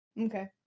Okay